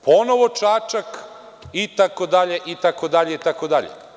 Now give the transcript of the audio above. Ponovo Čačak itd. itd. itd.